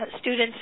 Students